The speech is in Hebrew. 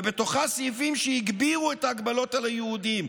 ובתוכה סעיפים שהגבירו את ההגבלות על היהודים,